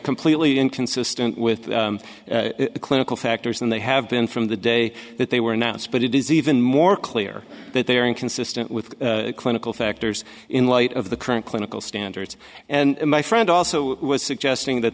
completely inconsistent with clinical factors and they have been from the day that they were announced but it is even more clear that they are inconsistent with clinical factors in light of the current clinical standards and my friend also was suggesting that